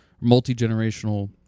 multi-generational